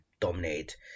Dominate